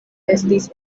estis